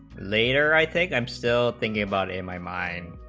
later i think i'm still thinking about in my mind